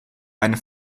einen